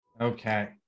Okay